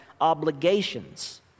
obligations